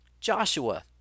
Joshua